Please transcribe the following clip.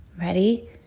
Ready